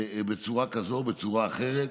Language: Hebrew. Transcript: בצורה כזאת או בצורה אחרת.